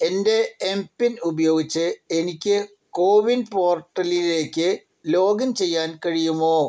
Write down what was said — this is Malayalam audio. എൻ്റെ എംപിൻ ഉപയോഗിച്ച് എനിക്ക് കോ വിൻ പോർട്ടലിലേക്ക് ലോഗിൻ ചെയ്യാൻ കഴിയുമോ